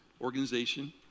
organization